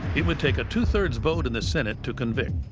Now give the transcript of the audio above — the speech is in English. it would take a two three vote in the senate to convict.